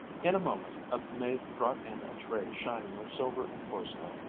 in a moment a maid brought in a tray shining with silver and porcelain,